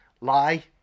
Lie